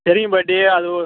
தெரியும் பாட்டி அது ஒரு